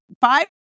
five